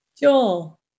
Joel